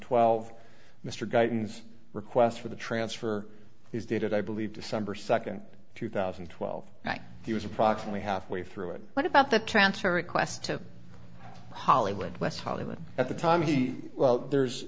twelve mr garden's request for the transfer is dated i believe december second two thousand and twelve he was approximately halfway through it what about the transfer request to hollywood west hollywood at the time he well there's